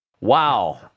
Wow